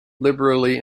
liberally